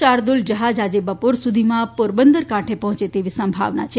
શાર્દુલ જહાજ આજે બપોર સુધીમાં પોરબંદર કાંઠે પહોંચે તેવી સંભાવના છે